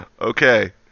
Okay